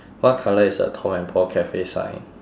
what colour is the tom and paul cafe sign